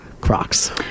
Crocs